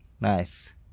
Nice